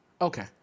Okay